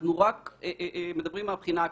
אנחנו מדברים רק מהבחינה הכלכלית.